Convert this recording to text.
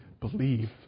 Believe